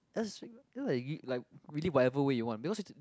that's like like really whatever way you want because it's just